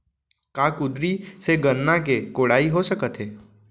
का कुदारी से गन्ना के कोड़ाई हो सकत हे?